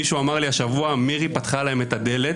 מישהו אמר לי השבוע: מירי פתחה להם את הדלת,